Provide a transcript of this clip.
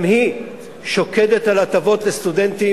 גם היא שוקדת על הטבות לסטודנטים.